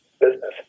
business